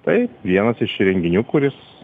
tai vienas iš įrenginių kuris